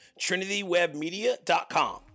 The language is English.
trinitywebmedia.com